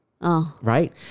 Right